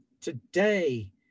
today